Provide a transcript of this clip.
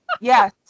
yes